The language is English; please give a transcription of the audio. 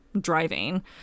driving